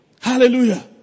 Hallelujah